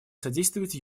содействовать